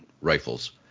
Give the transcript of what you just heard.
rifles